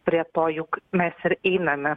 prie to juk mes ir einame